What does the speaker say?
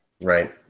Right